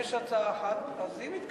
אבל אם אין הצעה אחרת, למה לא?